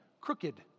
crooked